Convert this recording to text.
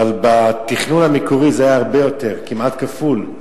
אבל בתכנון המקורי זה היה הרבה יותר, כמעט כפול.